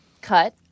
cut